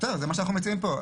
טוב, זה מה שאנחנו מציעים פה.